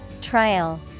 Trial